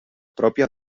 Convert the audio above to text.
pròpia